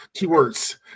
Keywords